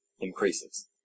increases